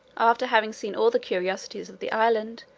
after having seen all the curiosities of the island,